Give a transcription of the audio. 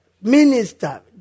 minister